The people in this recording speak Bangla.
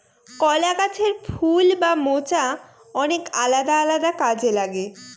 কলা গাছের ফুল বা মোচা অনেক আলাদা আলাদা কাজে লাগে